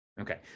Okay